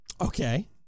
Okay